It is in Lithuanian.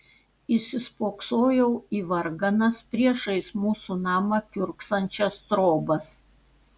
įsispoksojau į varganas priešais mūsų namą kiurksančias trobas